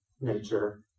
nature